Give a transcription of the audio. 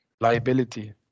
liability